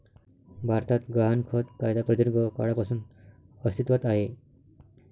भारतात गहाणखत कायदा प्रदीर्घ काळापासून अस्तित्वात आहे